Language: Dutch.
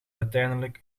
uiteindelijk